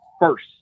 first